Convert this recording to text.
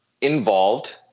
involved